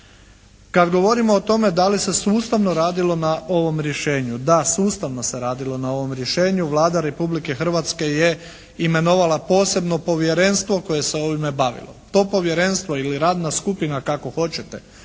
Kad govorimo o tome da li se sustavno radilo na ovom rješenju? Da, sustavno se radilo na ovom rješenju. Vlada Republike Hrvatske je imenovala posebno povjerenstvo koje se ovime bavilo. To povjerenstvo ili radna skupina kako hoćete,